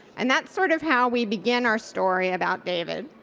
and that's sort of how we begin our story about david.